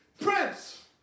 Prince